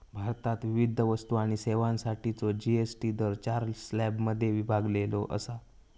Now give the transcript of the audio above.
भारतात विविध वस्तू आणि सेवांसाठीचो जी.एस.टी दर चार स्लॅबमध्ये विभागलेलो असा